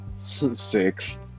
Six